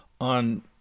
on